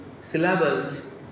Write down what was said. syllables